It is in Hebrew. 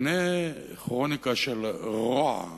הנה כרוניקה של רוע,